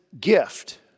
gift